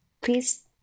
Please